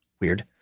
Weird